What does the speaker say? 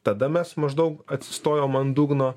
tada mes maždaug atsistojom ant dugno